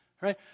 Right